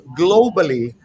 globally